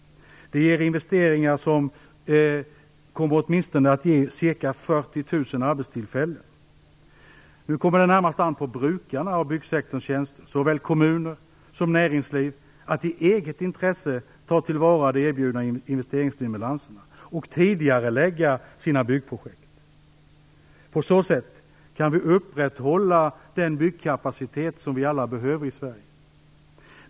Det ger investeringar som kommer att ge åtminstone 40 000 Nu kommer det närmast an på brukarna av byggsektorns tjänster - såväl kommuner som näringsliv - att i eget intresse ta till vara de erbjudna investeringsstimulanserna och tidigarelägga sina byggprojekt. På så sätt kan vi upprätthålla den byggkapacitet som vi alla behöver i Sverige.